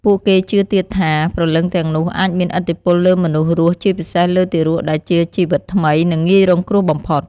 ពួកគេជឿទៀតថា ព្រលឹងទាំងនោះអាចមានឥទ្ធិពលលើមនុស្សរស់ ជាពិសេសលើទារកដែលជាជីវិតថ្មី និងងាយរងគ្រោះបំផុត។